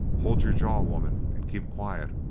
hold your jaw, woman, and keep quiet,